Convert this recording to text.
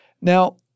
Now